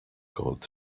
called